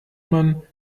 man